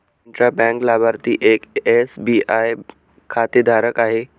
intra bank लाभार्थी एक SBI खातेधारक आहे